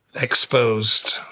exposed